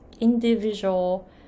Individual